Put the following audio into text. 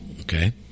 okay